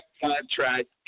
contract